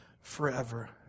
forever